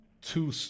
two